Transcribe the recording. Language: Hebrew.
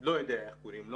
לא יודע איך קוראים לו,